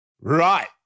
Right